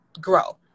grow